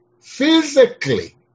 physically